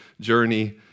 journey